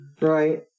right